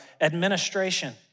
administration